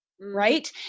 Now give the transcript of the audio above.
right